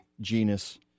genus